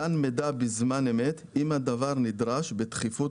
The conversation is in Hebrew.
מתן מידע בזמן אמת אם הדבר נדרש בדחיפות